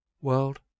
World